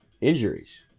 injuries